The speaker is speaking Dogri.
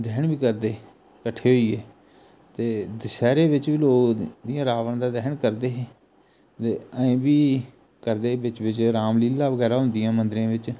दह्न बी करदे कट्ठे होइयै ते दशैहरे बिच बी लोग इ'यां रावण दा दह्न करदे हे ते अजें बी करदे बिच बिच राम लीला बगैरा हुंदियां मंदरें बिच